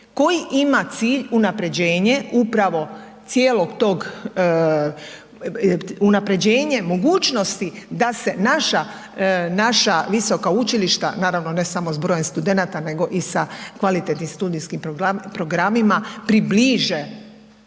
koji ima cilj unapređenje upravo cijelog tog, unapređenje mogućnosti da se naša, naša visoka učilišta, naravno ne samo s brojem studenata nego i sa kvalitetnim studijskim programima, približe